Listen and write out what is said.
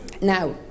Now